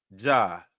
Ja